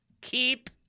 Keep